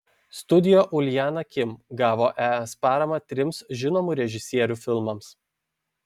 studio uljana kim gavo es paramą trims žinomų režisierių filmams